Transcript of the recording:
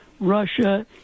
Russia